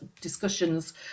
discussions